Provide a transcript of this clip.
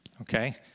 okay